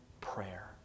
prayer